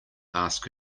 ask